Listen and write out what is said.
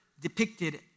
depicted